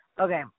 Okay